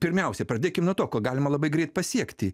pirmiausia pradėkim nuo to ko galima labai greit pasiekti